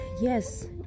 yes